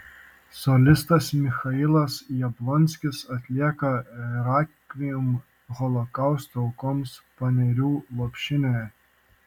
solistas michailas jablonskis atlieka rekviem holokausto aukoms panerių lopšinę